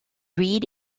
read